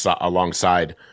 alongside